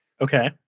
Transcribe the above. Okay